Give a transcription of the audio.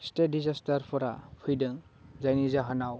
stay दिजेस्टारफोरा फैदों जायनि जाहोनाव